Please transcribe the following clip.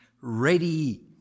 ready